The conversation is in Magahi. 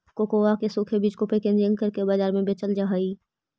कोकोआ के सूखे बीज को पैकेजिंग करके बाजार में बेचल जा हई